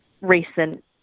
recent